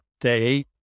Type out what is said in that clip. day